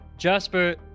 Jasper